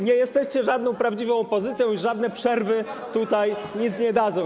Nie jesteście żadną prawdziwą opozycją i żadne przerwy tutaj nic nie dadzą.